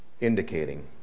indicating